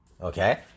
okay